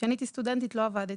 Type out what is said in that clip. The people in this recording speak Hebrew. כשאני הייתי סטודנטית לא עבדתי,